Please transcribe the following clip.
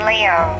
Leo